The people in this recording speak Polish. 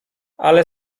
ale